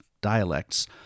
dialects